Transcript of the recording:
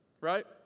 Right